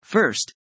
First